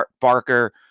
Barker